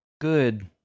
good